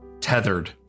tethered